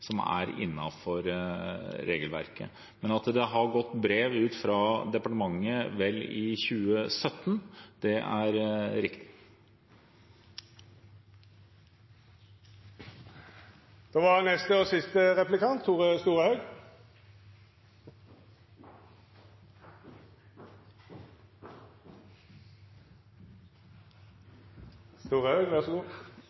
som er innenfor regelverket. Men at det har gått ut brev fra departementet i 2017, er riktig. Eg lytta med interesse til innlegget frå statsråden og